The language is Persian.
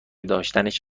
داشتنش